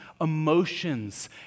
emotions